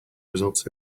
results